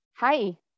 Hi